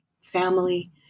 family